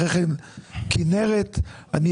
אחר כך כנרת צדף, מנכ"לית הפועל.